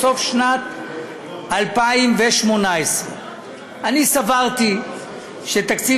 בסוף שנת 2018. אני סברתי שתקציב